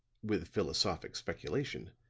with philosophic speculation,